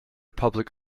public